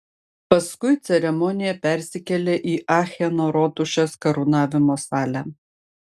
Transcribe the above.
paskui ceremonija persikėlė į acheno rotušės karūnavimo salę